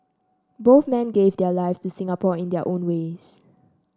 both men gave their lives to Singapore in their own ways